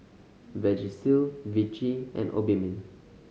Vagisil Vichy and Obimin